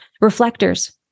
reflectors